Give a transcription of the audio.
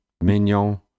Mignon